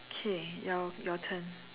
okay your your turn